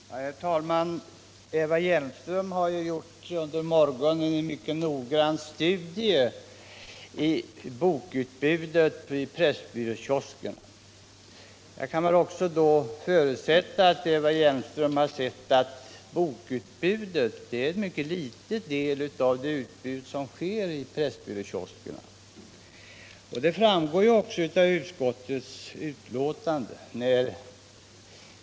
Herr talman! Eva Hjelmström har under morgonen gjort en mycket noggrann studie av bokutbudet i Pressbyråkioskerna. Jag kan också förutsätta att Eva Hjelmström då har sett att bokutbudet är en mycket liten del av utbudet i Pressbyråkioskerna. Det framgår också av utskottets betänkande.